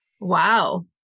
Wow